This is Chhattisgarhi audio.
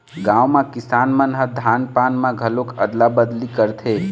गाँव म किसान मन ह धान पान म घलोक अदला बदली करथे